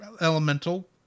elemental